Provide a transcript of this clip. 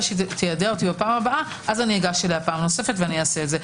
שתיידע אותי פעם הבאה אז אגש אליה פעם נוספת ואעשה זאת.